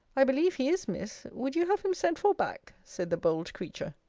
i believe he is, miss would you have him sent for back? said the bold creature.